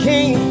King